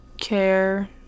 care